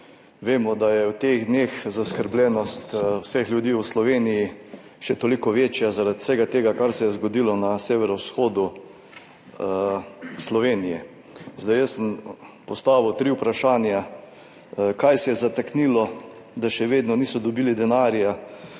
Vemo, da je v teh dneh zaskrbljenost vseh ljudi v Sloveniji še toliko večja zaradi vsega tega, kar se je zgodilo na severovzhodu Slovenije. Jaz sem postavil tri vprašanja: Kje se je zataknilo, da še vedno niso dobili denarja?